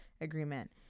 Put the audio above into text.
agreement